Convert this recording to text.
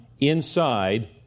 inside